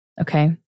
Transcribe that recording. Okay